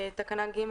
תקנת משנה (ג),